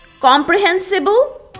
comprehensible